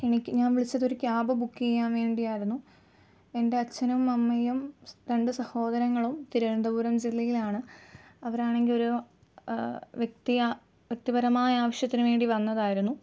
എനിക്ക് ഞാൻ വിളിച്ചത് ഒരു ക്യാമ്പ് ബുക്ക് ചെയ്യാൻ വേണ്ടി ആയിരുന്നു എൻ്റെ അച്ഛനും അമ്മയും രണ്ട് സഹോദരങ്ങളും തിരുവനന്തപുരം ജില്ലയിലാണ് അവരാണെങ്കിൽ ഒരു വ്യക്തി വ്യക്തിപരമായ ആവശ്യത്തിനുവേണ്ടി വന്നതായിരുന്നു